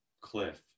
cliff